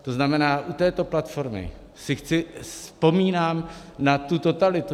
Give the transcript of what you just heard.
To znamená, u této platformy si vzpomínám na tu totalitu.